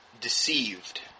deceived